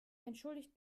entschuldigt